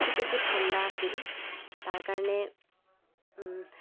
খুব বেছি ঠাণ্ডা আছিল তাৰ কাৰণে